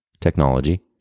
technology